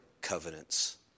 covenants